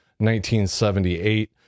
1978